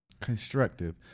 constructive